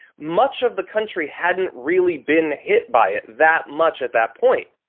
much of the country hadn't really been hit by it that much at that point.